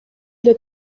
эле